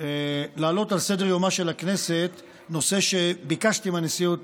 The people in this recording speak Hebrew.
להעלות על סדר-יומה של הכנסת נושא שביקשתי מהנשיאות